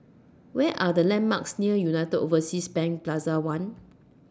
What Are The landmarks near United Overseas Bank Plaza one